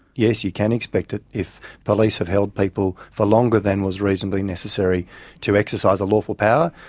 yes, you can expect it, if police have held people for longer than was reasonably necessary to exercise a lawful power,